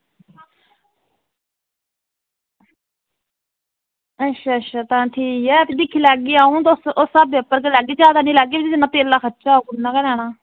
अच्छा अच्छा तां ठीक ऐ दिक्खी लैगी अं'ऊ ते उस स्हाबै दा गै लैगे जिस स्हाबै दा खर्चा होग